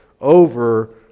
over